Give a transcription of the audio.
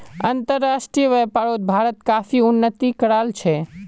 अंतर्राष्ट्रीय व्यापारोत भारत काफी उन्नति कराल छे